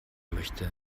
möchte